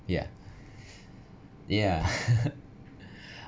yeah yeah